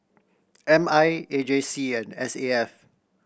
M I A J C and S A F